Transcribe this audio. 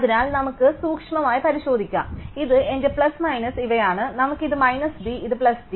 അതിനാൽ നമുക്ക് സൂക്ഷ്മമായി പരിശോധിക്കാം അതിനാൽ ഇത് എന്റെ പ്ലസ് മൈനസ് ഇവയാണ് നമുക്ക് ഇത് മൈനസ് d ഇത് പ്ലസ് d